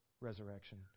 resurrection